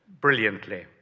brilliantly